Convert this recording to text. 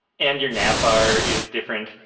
and your nav bar is different,